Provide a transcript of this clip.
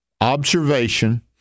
observation